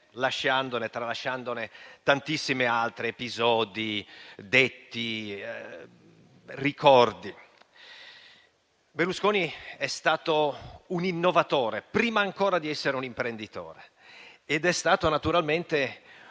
ad alcune, tralasciandone tantissime altre: episodi, detti, ricordi. Berlusconi è stato un innovatore, prima ancora di essere un imprenditore; è stato naturalmente un